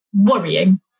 worrying